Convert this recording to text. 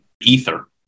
ether